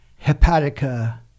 hepatica